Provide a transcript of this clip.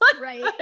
Right